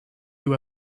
you